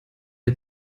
der